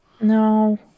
No